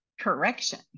correction